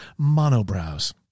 monobrows